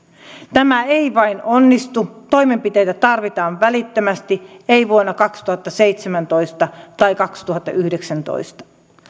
tämä ei vain onnistu toimenpiteitä tarvitaan välittömästi ei vuonna kaksituhattaseitsemäntoista tai kaksituhattayhdeksäntoista